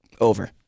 over